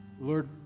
Lord